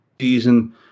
season